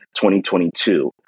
2022